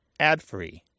adfree